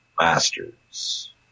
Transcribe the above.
masters